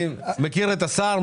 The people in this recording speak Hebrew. אני מכיר את השר,